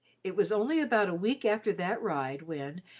it was only about a week after that ride when,